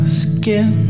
skin